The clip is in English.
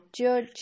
judge